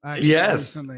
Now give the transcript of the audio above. yes